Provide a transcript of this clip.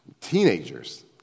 teenagers